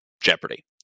Jeopardy